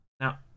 now